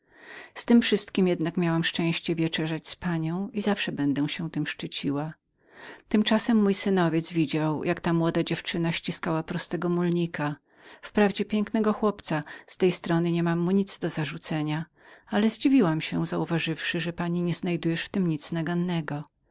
z tem wszystkiem jednak miałam szczęście wieczerzania z panią i zawsze będę się tem szczyciła tymczasem oto mój synowiec widział jak córka pani ściskała prostego mulnika wprawdzie pięknego chłopca z tej strony niemam mu nic do zarzucenia ale zdziwiłam się uważając że pani nie znajdowałaś w tem nic nagannego